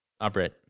operate